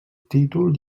títol